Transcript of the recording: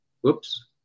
whoops